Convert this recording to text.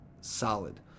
solid